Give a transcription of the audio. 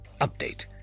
Update